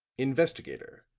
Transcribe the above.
investigator,